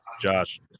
josh